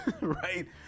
right